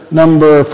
number